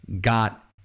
got